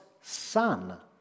son